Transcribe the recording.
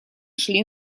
шли